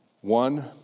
One